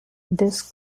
this